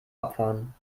abfahren